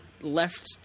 left